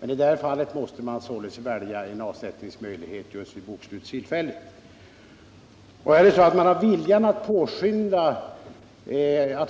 Här måste man alltså välja att göra en avsättning vid just bokslutstillfället. Vill man